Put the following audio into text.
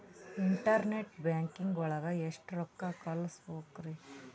Internet banking ಒಳಗೆ ಎಷ್ಟ್ ರೊಕ್ಕ ಕಲ್ಸ್ಬೋದ್ ರಿ?